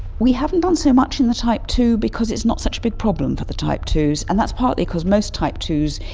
we haven't done so much in the type two because it's not such a big problem for the type two s, and that's partly because most type two s,